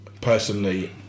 Personally